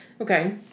Okay